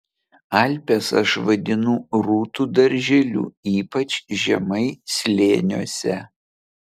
alpes aš vadinu rūtų darželiu ypač žemai slėniuose